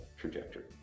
trajectory